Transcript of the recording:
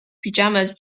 pajamas